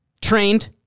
trained